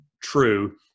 true